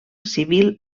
civil